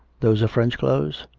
those are french clothes?